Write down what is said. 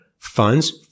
funds